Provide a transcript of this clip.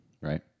right